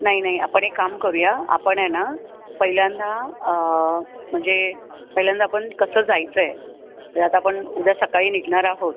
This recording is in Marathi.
नाही नाही आपण एक काम करू या आपण आहे ना पहिल्यांदा म्हणजे पहिल्यांदा आपण कसं जायचं आहे हे आता आपण उद्या सकाळी निघणार आहोत